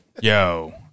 Yo